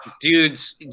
dudes